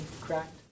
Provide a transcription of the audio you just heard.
cracked